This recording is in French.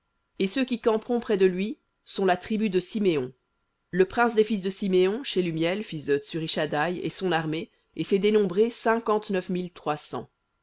et ceux qui camperont près de lui sont la tribu de siméon le prince des fils de siméon shelumiel fils de tsurishaddaï et son armée et ses dénombrés